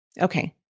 Okay